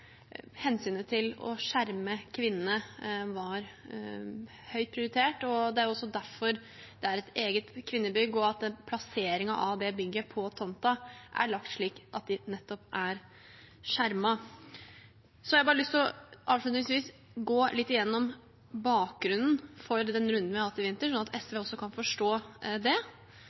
hensynet til å skjerme kvinnene var høyt prioritert. Det er også derfor det er et eget kvinnebygg og at plasseringen av det bygget på tomten er lagt slik at de nettopp er skjermet. Avslutningsvis har jeg bare lyst til å gå litt gjennom bakgrunnen for den runden vi har hatt i vinter, sånn at SV også kan forstå den. Forrige regjering gjorde et tomtesøk, og Bredtvet kom ut som det